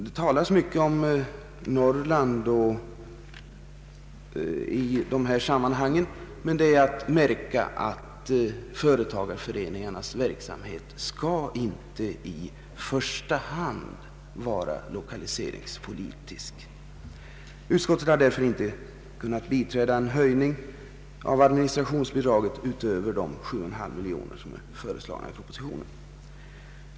Det talas mycket om Norrland i dessa sammanhang, men det är att märka att företagareföreningarnas verksamhet inte i första hand skall vara lokaliseringspolitisk. Utskottet har därför inte kunnat biträda en höjning av administrationsbidraget utöver de 7,5 miljoner kronor som propositionen föreslår.